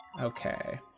okay